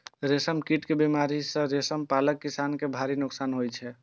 रेशम कीट के बीमारी सं रेशम पालक किसान कें भारी नोकसान होइ छै